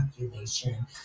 population